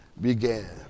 began